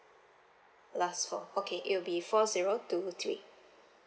last four okay it will be four zero two three